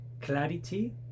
clarity